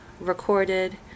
recorded